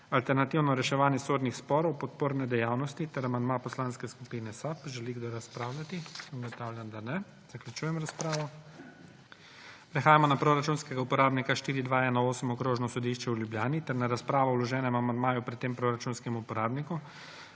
Alternativno reševanje sodnih sporov – podporne dejavnosti ter amandma Poslanske skupine SAB. Želi kdo razpravljati? Ugotavljam, da ne. Zaključujem razpravo. Prehajamo na proračunskega uporabnika 4218 Okrožno sodišče v Ljubljani ter na razpravo o vloženem amandmaju pri tem proračunskem uporabniku.